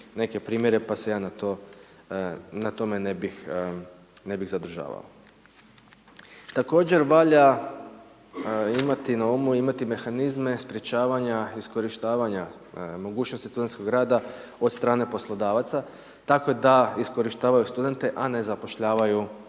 neke primjere pa se ja na tome ne bih zadržavao. Također, valja imati na umu, imati mehanizme sprječavanja iskorištavanja mogućnosti studentskog rada od strane poslodavaca tako da iskorištavaju studente a ne zapošljavaju